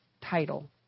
title